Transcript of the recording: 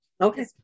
Okay